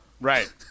Right